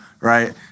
right